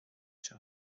seo